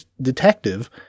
detective